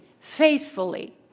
faithfully